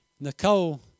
Nicole